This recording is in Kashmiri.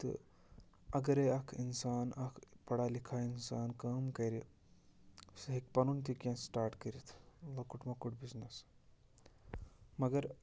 تہٕ اَگرَے اَکھ اِنسان اَکھ پَڑھا لِکھا اِنسان کٲم کَرِ سُہ ہیٚکہِ پَنُن تہِ کیٚنٛہہ سِٹاٹ کٔرِتھ لۄکُٹ مۄکُٹ بِزنِس مگر